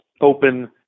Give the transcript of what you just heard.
open